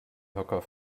höcker